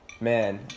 Man